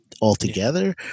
altogether